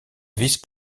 vice